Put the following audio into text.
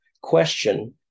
question